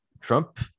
Trump